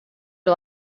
are